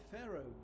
Pharaoh